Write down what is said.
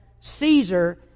Caesar